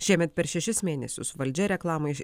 šiemet per šešis mėnesius valdžia reklamai